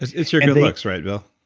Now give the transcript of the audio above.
it certainly looks, right, will?